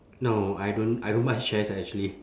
no I don't I don't buy shares actually